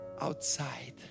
outside